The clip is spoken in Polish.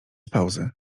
pauzy